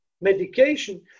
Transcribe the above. medication